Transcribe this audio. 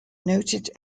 noted